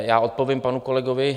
Já odpovím panu kolegovi